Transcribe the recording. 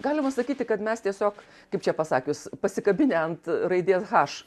galima sakyti kad mes tiesiog kaip čia pasakius pasikabinę ant raidės haš